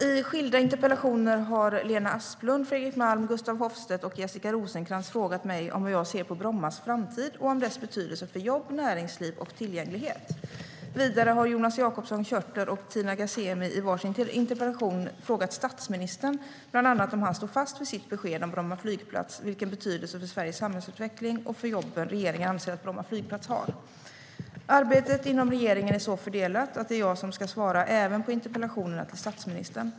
I skilda interpellationer har Lena Asplund, Fredrik Malm, Gustaf Hoffstedt och Jessica Rosencrantz frågat mig hur jag ser på Bromma flygplats framtid och dess betydelse för jobb, näringsliv och tillgänglighet. STYLEREF Kantrubrik \* MERGEFORMAT Svar på interpellationerArbetet inom regeringen är så fördelat att det är jag som ska svara även på interpellationerna till statsministern.